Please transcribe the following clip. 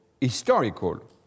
historical